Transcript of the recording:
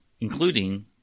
including